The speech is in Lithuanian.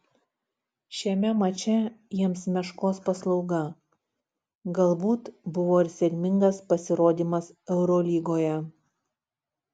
šiame mače jiems meškos paslauga galbūt buvo ir sėkmingas pasirodymas eurolygoje